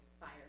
Fire